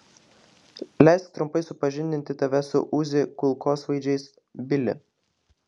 leisk trumpai supažindinti tave su uzi kulkosvaidžiais bili